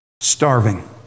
starving